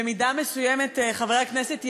במידה מסוימת, חבר הכנסת ילין,